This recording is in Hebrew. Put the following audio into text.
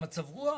ההיערכות,